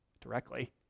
directly